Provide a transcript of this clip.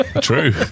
True